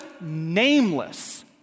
nameless